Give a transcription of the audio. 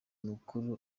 mukuru